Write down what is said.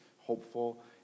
hopeful